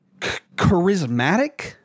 charismatic